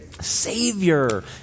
Savior